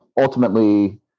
ultimately